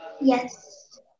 yes